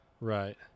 Right